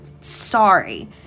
Sorry